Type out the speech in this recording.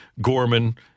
Gorman